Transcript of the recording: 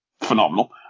phenomenal